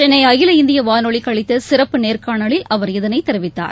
சென்னை அகில இந்திய வானொலிக்கு அளித்த சிறப்பு நேர்கானலில் அவர் இதனைத் தெரிவித்தார்